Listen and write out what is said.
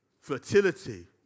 fertility